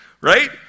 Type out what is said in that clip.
right